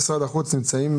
למה במשרדים אחרים אין את זה?